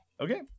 okay